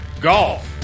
Golf